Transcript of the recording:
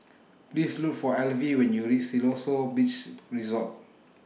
Please Look For Alvie when YOU REACH Siloso Beach Resort